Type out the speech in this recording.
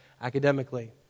Academically